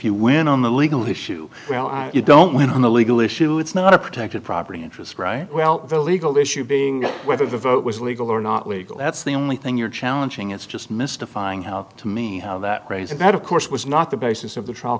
you win on the legal issue you don't win on the legal issue it's not a protected property interest right well the legal issue being whether the vote was legal or not legal that's the only thing you're challenging it's just mystifying how to me how that raises that of course was not the basis of the trial